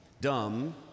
dumb